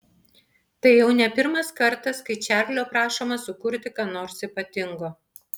tai jau ne pirmas kartas kai čarlio prašoma sukurti ką nors ypatingo